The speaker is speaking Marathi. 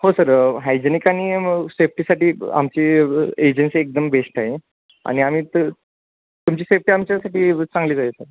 हो सर हायजेनिक आणि सेफ्टीसाठी आमची एजन्सी एकदम बेस्ट आहे आणि आम्ही त तुमची सेफ्टी आमच्यासाठी चांगलीच आहे सर